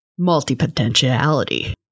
Multipotentiality